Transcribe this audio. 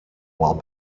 while